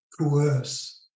coerce